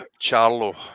Charlo